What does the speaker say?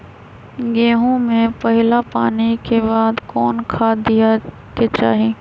गेंहू में पहिला पानी के बाद कौन खाद दिया के चाही?